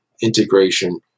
integration